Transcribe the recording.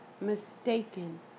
mistaken